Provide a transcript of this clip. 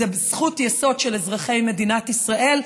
זו זכות יסוד של אזרחי מדינת ישראל,